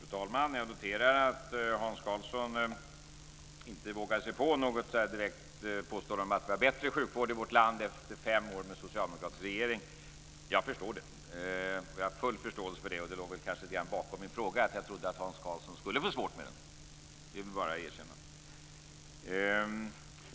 Fru talman! Jag noterar att Hans Karlsson inte vågade sig på något direkt påstående om att det är bättre inom sjukvården i vårt land efter fem år med en socialdemokratisk regering. Jag har full förståelse för det. Det låg kanske lite grann bakom min fråga att jag trodde att Hans Karlsson skulle få svårt med den. Det är väl bara att erkänna.